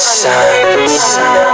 sun